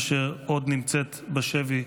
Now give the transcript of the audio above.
אשר עוד נמצאת בשבי,